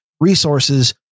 resources